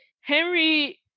Henry